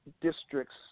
districts